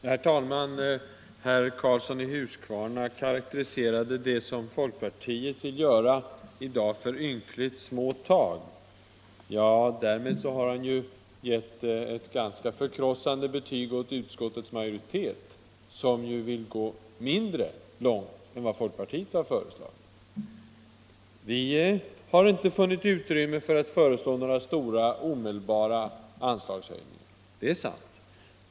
Herr talman! Herr Karlsson i Huskvarna karakteriserade vad folkpartiet vill göra som ynkligt små tag. Därmed har han givit ett förkrossande betyg åt utskottets majoritet, som ju vill gå mindre långt än vad folkpartiet har föreslagit. Vi har inte funnit utrymme för några stora omedelbara anslagshöjningar, det är sant.